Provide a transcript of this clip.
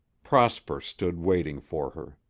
prosper stood waiting for her.